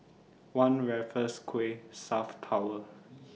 one Raffles Quay South Tower